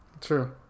True